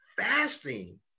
Fasting